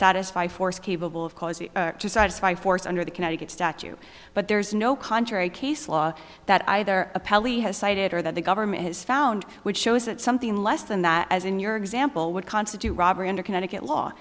satisfy force capable of causing to satisfy force under the connecticut statute but there is no contrary case law that either appellee has cited or that the government has found which shows that something less than that as in your example would constitute a robbery under connecticut law